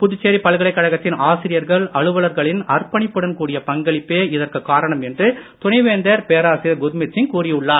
புதுச்சேரி பல்கலைகழகத்தின் ஆசிரியர்கள் அலுவலர்களின் அர்ப்பணிப்புடன் கூடிய பங்களிப்பே இதற்குக் காரணம் என்று துணைவேந்தர் பேராசிரியர் குர்மித் சிங் கூறியுள்ளார்